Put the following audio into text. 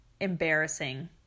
embarrassing